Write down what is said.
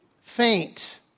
faint